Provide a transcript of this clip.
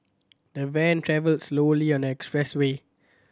the van travelled slowly on the express way